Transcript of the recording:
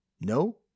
No